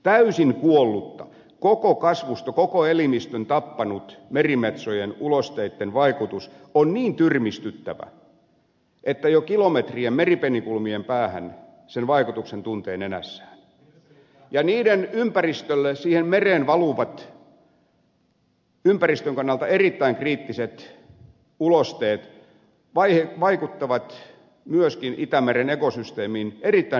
täysin kuollutta koko kasvusto koko elimistön tappanut merimetsojen ulosteitten vaikutus on niin tyrmistyttävä että jo kilometrien meripenikulmien päähän sen vaikutuksen tuntee nenässään ja mereen valuvat ympäristön kannalta erittäin kriittiset ulosteet vaikuttavat myöskin itämeren ekosysteemiin erittäin dramaattisella tavalla